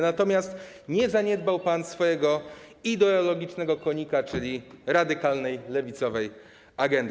Natomiast nie zaniedbał pan swojego ideologicznego konika, czyli radykalnej lewicowej agendy.